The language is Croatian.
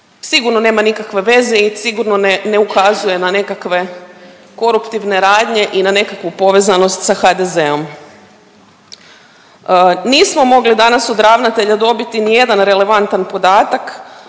Sigurno nema nikakve veze i sigurno ne ukazuje na nekakve koruptivne radnje i na nekakvu povezanost sa HDZ-om. Nismo mogli danas od ravnatelja dobiti ni jedan relevantan podatak